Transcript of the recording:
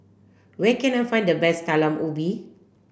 where can I find the best Talam Ubi